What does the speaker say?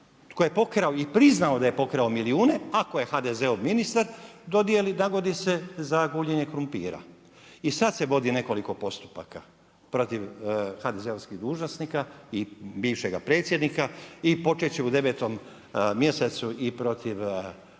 tko je pokrao i priznao da je pokrao milijuna, ako je HDZ-ov ministar, dodijeli …/Govornik se ne razumije./… za guljenje krumpira. I sad se vodi nekoliko postupaka protiv HDZ-ovskih dužnosnika i bivšega predsjednika i počevši u 9.mjesecu i protiv